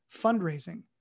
fundraising